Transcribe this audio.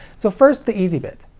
so, first the easy bit.